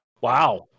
Wow